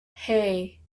hey